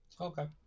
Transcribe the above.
Okay